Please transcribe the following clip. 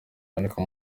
ariko